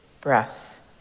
breath